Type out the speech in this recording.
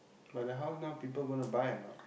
but the house now people gonna buy or not